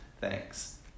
Thanks